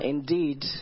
Indeed